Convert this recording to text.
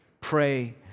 pray